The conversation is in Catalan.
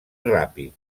ràpid